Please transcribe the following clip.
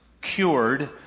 cured